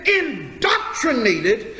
indoctrinated